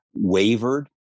wavered